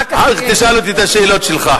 אחר כך תשאל אותו את השאלות שלך.